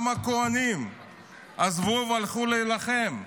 גם הכוהנים עזבו והלכו להילחם.